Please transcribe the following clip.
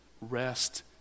Rest